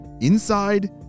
Inside